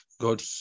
God